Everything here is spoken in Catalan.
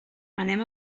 anem